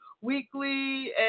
weekly